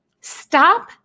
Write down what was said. Stop